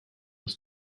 was